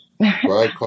Right